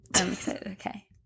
Okay